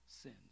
Sins